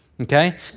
Okay